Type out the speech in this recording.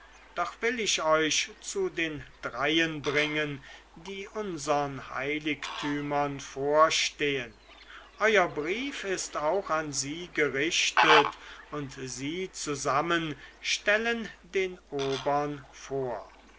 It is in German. doch will ich euch zu den dreien bringen die unsern heiligtümern vorstehen euer brief ist auch an sie gerichtet und sie zusammen stellen den obern vor